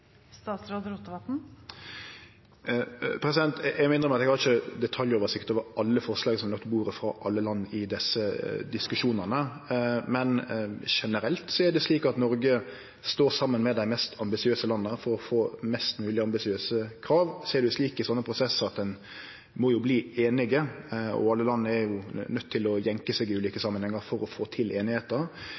Eg må innrømme at eg ikkje har detaljoversikt over alle forslag som vert lagde på bordet frå alle land i desse diskusjonane. Men generelt er det slik at Noreg står saman med dei mest ambisiøse landa for å få mest mogleg ambisiøse krav. Så er det slik i slike prosessar at ein må verte einige, og alle land er jo nøydde til å jenke seg i ulike samanhengar for å få til